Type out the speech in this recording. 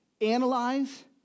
analyze